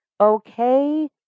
Okay